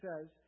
says